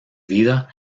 vida